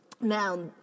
Now